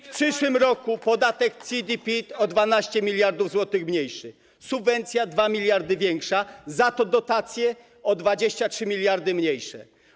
W przyszłym roku podatek CIT i PIT o 12 mld zł mniejszy, subwencja o 2 mld większa, za to dotacje o 23 mld mniejsze.